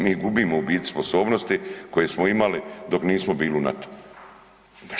Mi gubimo u biti sposobnosti koje smo imali dok nismo bili u NATO-u.